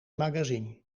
magazine